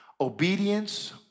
obedience